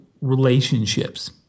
relationships